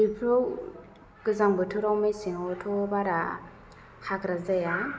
बेफोराव गोजां बोथोराव मेसेंआवथ' बारा हाग्रा जाया